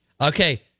Okay